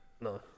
No